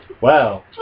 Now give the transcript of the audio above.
Wow